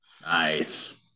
Nice